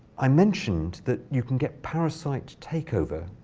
i mentioned that you can get parasite takeover.